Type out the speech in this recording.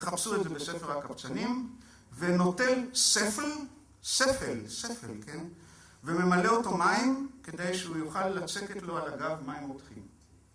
‫חפשו את זה בספר הקפצנים, ‫ונוטל ספל, ספל, ספל, כן, ‫וממלא אותו מים כדי שהוא יוכל ‫לצקת את לו על הגב מים מותחים.